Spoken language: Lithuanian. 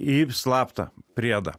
į slaptą priedą